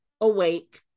awake